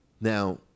Now